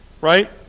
right